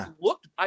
looked